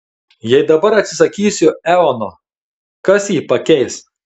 jei dabar atsisakysiu eono kas jį pakeis